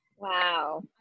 Wow